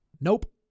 Nope